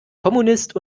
kommunist